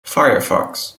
firefox